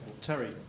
Terry